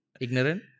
Ignorant